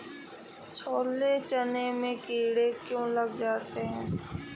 छोले चने में कीड़े क्यो लग जाते हैं?